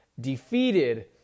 defeated